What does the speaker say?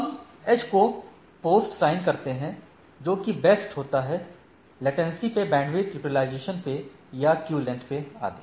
हम एज को post sign करते हैं जोकि बेस्ड होता है लेटेंसी पे बैंडविथ यूटिलाइजेशन पे या क्यू लेंथ पे आदि